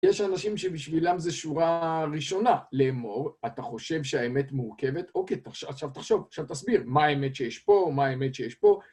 יש אנשים שבשבילם זו שורה ראשונה. לאמור, אתה חושב שהאמת מורכבת? אוקיי, עכשיו תחשוב, עכשיו תסביר. מה האמת שיש פה, מה האמת שיש פה?